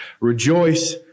Rejoice